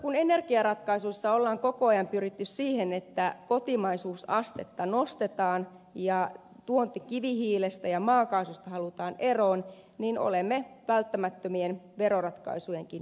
kun energiaratkaisuissa on koko ajan pyritty siihen että kotimaisuusastetta nostetaan ja tuontikivihiilestä ja maakaasusta halutaan eroon niin olemme välttämättömien veroratkaisujenkin edessä